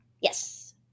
Yes